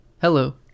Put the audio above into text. Hello